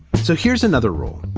so here's another rule.